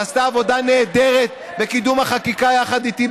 שעשתה עבודה נהדרת בקידום החקיקה יחד איתי,